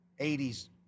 80s